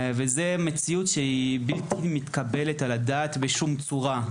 זו מציאות שהיא בלתי מתקבלת על הדעת בשום צורה.